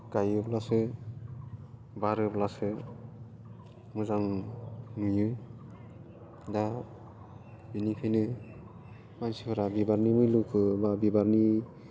गायोब्लासो बारोब्लासो मोजां नुयो दा बिनिखायनो मानसिफोरा बिबारनि मुल्यखो बा बिबारनि